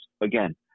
Again